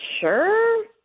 Sure